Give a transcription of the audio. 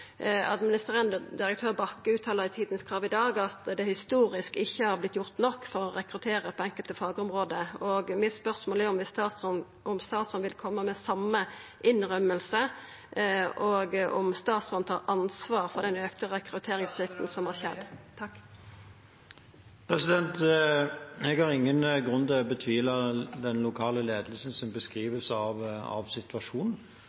direktør Bakke uttala i Tidens Krav i dag at det historisk ikkje har vorte gjort nok for å rekruttera på enkelte fagområde. Mitt spørsmål er: Vil statsråden koma med same innrømming, og tar statsråden ansvar for den auka rekrutteringssvikten som har skjedd? Jeg har ingen grunn til å betvile den lokale ledelsens beskrivelse av situasjonen.